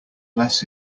less